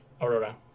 Aurora